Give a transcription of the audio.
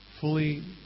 Fully